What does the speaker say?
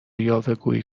یاوهگویی